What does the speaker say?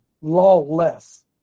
lawless